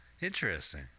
Interesting